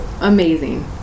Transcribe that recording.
amazing